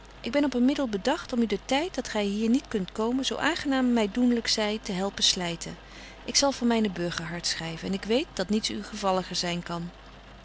ik ben op een middel bedagt om u den tyd dat gy hier niet kunt komen zo aangenaam my doenlyk zy te helpen slyten ik zal van myne burgerhart schryven en ik weet dat niets u gevalliger zyn kan